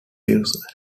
views